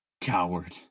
Coward